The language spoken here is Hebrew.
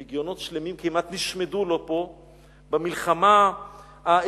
לגיונות שלמים כמעט נשמדו לו פה במלחמה ההירואית,